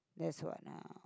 that's what uh